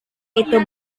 itu